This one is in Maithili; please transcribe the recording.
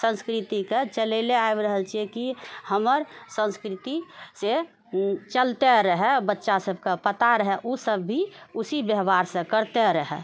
संस्कृतिके चलेले आबि रहल छियै की हमर संस्कृतिसे चलते रहय बच्चा सभके पता रहय ओसभ भी उसी व्यवहारसँ करते रहय